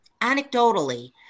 Anecdotally